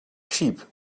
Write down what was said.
sheep